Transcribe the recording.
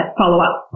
follow-up